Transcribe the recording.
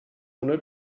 ohne